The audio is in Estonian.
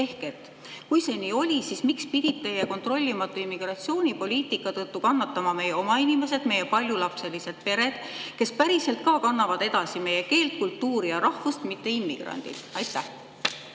Kui see nii oli, siis miks pidid teie kontrollimatu immigratsioonipoliitika tõttu kannatama meie oma inimesed, meie paljulapselised pered, kes päriselt ka kannavad edasi meie keelt, kultuuri ja rahvust? Seda ei tee immigrandid. Aitäh,